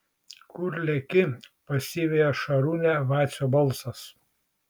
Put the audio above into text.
kur leki pasiveja šarūnę vacio balsas